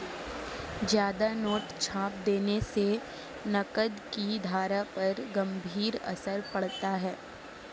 ज्यादा नोट छाप देने से नकद की धारा पर गंभीर असर पड़ता है